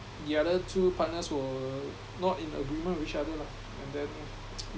the other two partners were not in agreement with each other lah and then